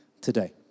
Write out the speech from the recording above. today